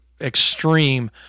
extreme